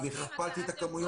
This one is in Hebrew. והמל"ל על היעד הזה גם.